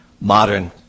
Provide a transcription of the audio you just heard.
modern